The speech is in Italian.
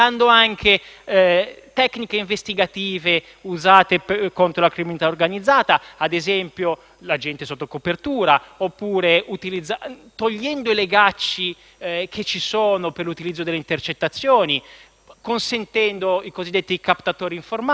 tecniche investigative usate contro la criminalità organizzata come - ad esempio - l'agente sotto copertura oppure togliendo i legacci che ci sono per l'utilizzo delle intercettazioni, consentendo i cosiddetti captatori informatici